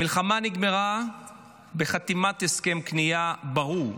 המלחמה נגמרה בחתימת הסכם כניעה ברור.